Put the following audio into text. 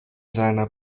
seiner